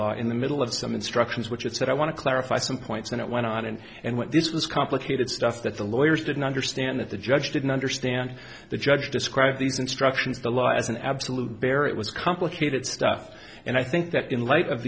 law in the middle of some instructions which it said i want to clarify some points and it went on and and what this was complicated stuff that the lawyers didn't understand that the judge didn't understand the judge described these instructions the law as an absolute bare it was complicated stuff and i think that in light of